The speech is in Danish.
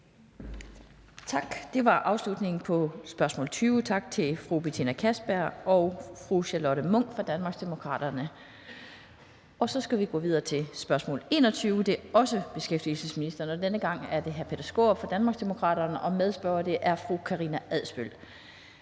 Tak. Det var afslutningen på spørgsmål nr. 20. Tak til fru Betina Kastbjerg og fru Charlotte Munch fra Danmarksdemokraterne. Så skal vi gå videre til spørgsmål nr. 21. Det er også til beskæftigelsesministeren, og denne gang er det fra hr. Peter Skaarup fra Danmarksdemokraterne, og fru Karina Adsbøl